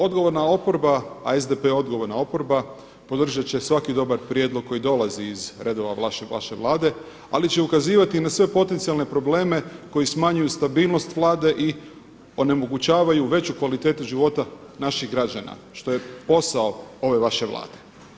Odgovorna oporba, a SDP je odgovorna oporba, podržati će svaki dobar prijedlog koji dolazi iz redova vaše Vlade ali će ukazivati i na sve potencijalne probleme koji smanjuju stabilnost Vlade i onemogućavaju veću kvalitetu života naših građana što je posao ove vaše Vlade.